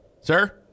Sir